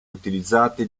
utilizzati